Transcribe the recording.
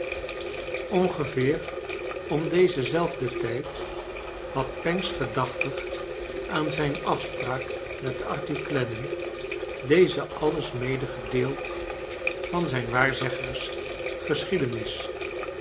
ongeveer om dezen zelfden tijd had pancks gedachtig aan zijn afspraak met arthur clennam dezen alles medegedeeld van zijn waarzeggersgeschiedenis